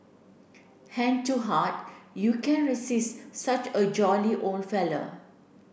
hand to heart you can resist such a jolly old fellow